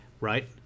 Right